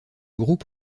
groupe